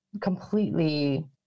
completely